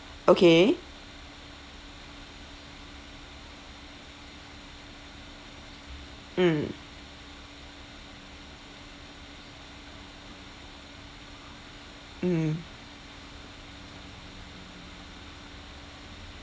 okay mm mm